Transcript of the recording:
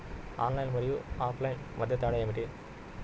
Online మరియు offline మధ్య తేడా ఏమిటీ?